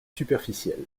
superficielle